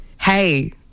Hey